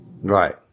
right